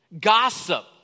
gossip